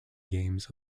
games